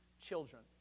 children